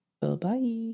Bye-bye